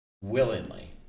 willingly